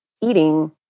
eating